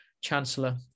Chancellor